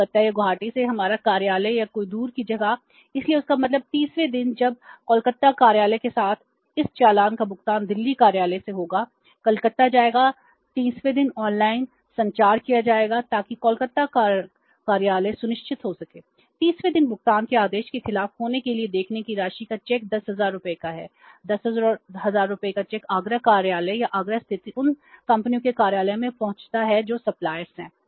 कोलकाता या गुवाहाटी में हमारा कार्यालय या कोई दूर की जगह इसलिए इसका मतलब 30 वें दिन जब कोलकाता कार्यालय के साथ इस चालान का भुगतान दिल्ली कार्यालय से होगा कलकत्ता जाएगा 30 वें दिन ऑनलाइन हैं